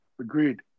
Agreed